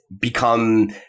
become